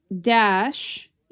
dash